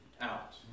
out